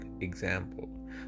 example